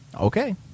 Okay